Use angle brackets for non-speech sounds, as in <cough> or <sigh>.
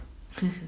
<laughs>